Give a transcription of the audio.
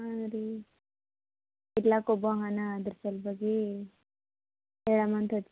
ಹಾಂ ರೀ ಇರ್ಲಾಕೆ ಒಬ್ಬ ಮಗ ಅದಾನೆ ಅದ್ರ ಸಲುವಾಗೀ ಹೇಳಾಮ ಅಂತ ಇತ್ತು